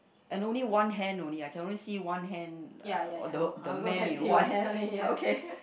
and only one hand only I can only see one hand uh the the man in white okay